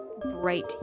bright